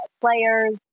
players